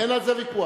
אין על זה ויכוח.